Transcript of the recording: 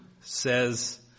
says